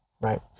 right